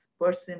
person